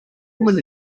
woman